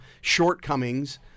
shortcomings